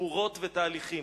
תמורות ותהליכים.